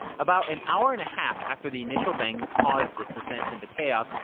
about an hour and a half after the initial bang that caused this descent into chaos,